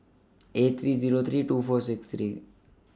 eight three Zero three two four six three